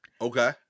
Okay